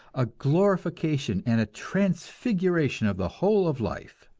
a glorification and a transfiguration of the whole of life.